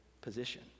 position